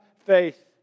faith